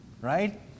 right